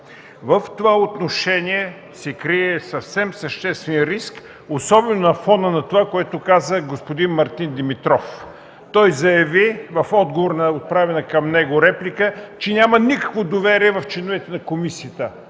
В това отношение се крие съвсем съществен риск, особено на фона на това, което каза господин Мартин Димитров. Той заяви в отговор на отправена към него реплика, че няма никакво доверие в членовете на комисията.